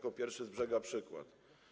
To pierwszy z brzegu przykład.